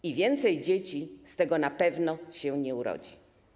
I więcej dzieci z tego na pewno się nie urodzi.